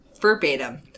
verbatim